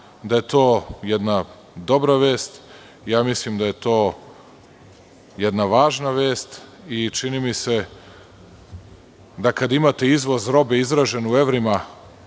da je to jedna dobra vest, mislim da je to jedna važna vest i čini mi se da kad imate izvoz robe izražen u evrima